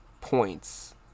points